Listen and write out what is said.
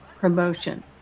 promotion